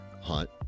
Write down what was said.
hunt